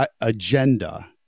agenda